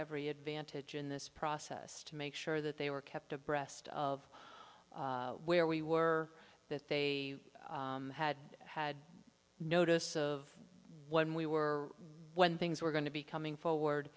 every advantage in this process to make sure that they were kept abreast of all where we were that they had had notice of when we were when things were going to be coming forward